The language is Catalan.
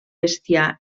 bestiar